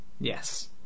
yes